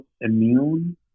immune